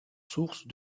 sources